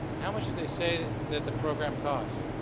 and how much did they say that the program cost?